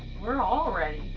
we're all ready.